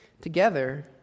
Together